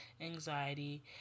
anxiety